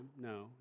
No